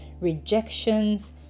rejections